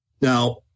Now